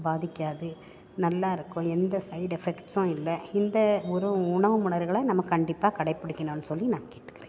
பாதிக்காது நல்லாயிருக்கும் எந்த சைட் எஃபெக்ட்ஸும் இல்லை இந்த உறவு உணவு நம்ம கண்டிப்பாக கடைப்பிடிக்கணும்னு சொல்லி நான் கேட்டுக்கிறேன்